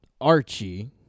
Archie